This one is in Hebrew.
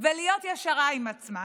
ולהיות ישרה עם עצמה,